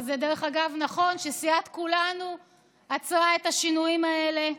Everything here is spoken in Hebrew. וזה אגב נכון שסיעת כולנו עצרה את השינויים האלה.